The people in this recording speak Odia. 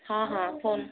ହଁ ହଁ ଫୋନ୍